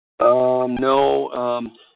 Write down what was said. No